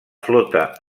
flota